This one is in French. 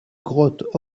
grottes